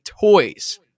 toys